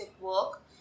work